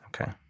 Okay